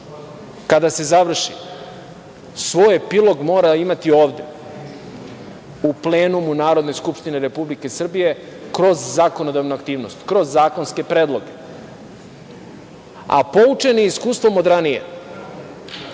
kada se završi svoj epilog mora imati ovde, u plenumu Narodne skupštine Republike Srbije kroz zakonodavnu aktivnost, kroz zakonske predloge. A, poučeni iskustvom od ranije